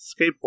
skateboard